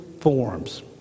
forms